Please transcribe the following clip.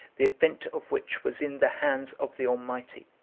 the event of which was in the hands of the almighty.